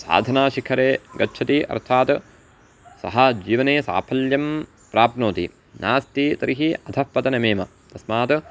साधनाशिखरे गच्छति अर्थात् सः जीवने साफल्यं प्राप्नोति नास्ति तर्हि अधः पतनमेव तस्मात्